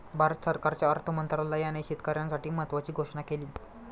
भारत सरकारच्या अर्थ मंत्रालयाने शेतकऱ्यांसाठी महत्त्वाची घोषणा केली